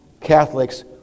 Catholics